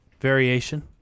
variation